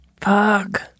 Fuck